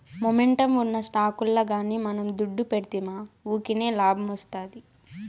momentum ఉన్న స్టాకుల్ల గానీ మనం దుడ్డు పెడ్తిమా వూకినే లాబ్మొస్తాది